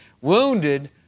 wounded